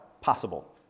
possible